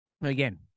again